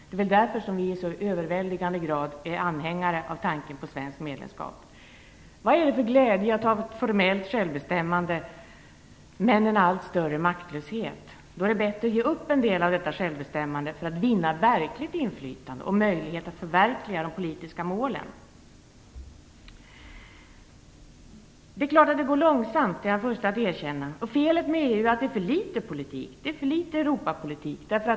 Det är därför som vi i så överväldigande grad är anhängare av tanken på svenskt medlemskap. Vad är det för glädje i att ha ett formellt självbestämmande men en allt större maktlöshet? Då är det värre att ge upp en del av detta självbestämmnande för att vinna verkligt inflytande och möjlighet att förverkliga de politiska målen. Jag är först att erkänna att det är klart att det går långsamt. Felet med EU är att det är för litet Europapolitik.